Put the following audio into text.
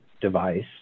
device